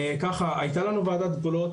היתה לנו ועדת גבולות,